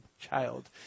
child